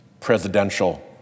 presidential